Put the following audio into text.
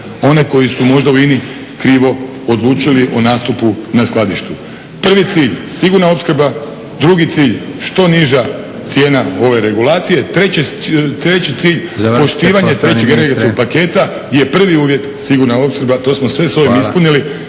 one koji su možda u INA-i krivo odlučili o nastupu na skladištu. Prvi cilj sigurna opskrba, drugi cilj što niža cijena ove regulacije, treći cilj … …/Upadica: Završite poštovani ministre./… … Poštivanje trećeg energetskog paketa je prvi uvjet sigurna opskrba, to smo sve s ovim ispunili,